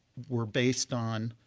were based on